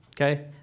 okay